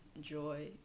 joy